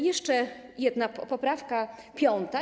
Jeszcze jedna poprawka, piąta.